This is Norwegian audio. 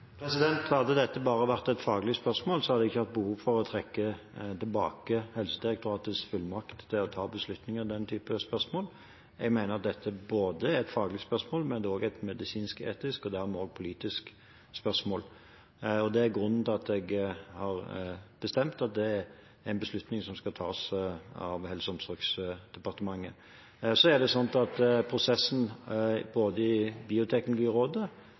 Hadde dette bare vært et faglig spørsmål, hadde jeg ikke hatt behov for å trekke tilbake Helsedirektoratets fullmakt til å ta beslutninger i den typen spørsmål. Jeg mener dette er både et faglig spørsmål og et medisinsk-etisk og dermed også et politisk spørsmål. Det er grunnen til at jeg har bestemt at det er en beslutning som skal tas av Helse- og omsorgsdepartementet. Så er det slik at prosessen både i Bioteknologirådet